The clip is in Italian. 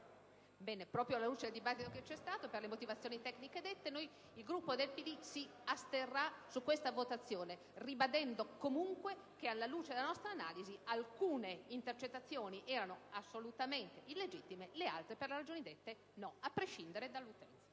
Presidente, alla luce del dibattito che c'è stato, per le motivazioni tecniche dette, il Gruppo del Partito Democratico si asterrà in questa votazione, ribadendo comunque che, alla luce della nostra analisi, alcune intercettazioni erano assolutamente illegittime; altre, per le ragioni dette, no, a prescindere dall'utenza.